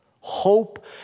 Hope